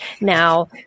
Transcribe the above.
now